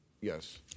Yes